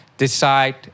Decide